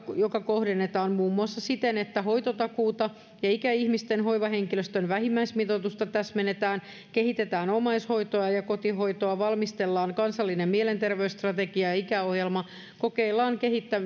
joka kohdennetaan muun muassa siten että hoitotakuuta ja ikäihmisten hoivahenkilöstön vähimmäismitoitusta täsmennetään kehitetään omaishoitoa ja ja kotihoitoa valmistellaan kansallinen mielenterveysstrategia ja ikäohjelma kokeillaan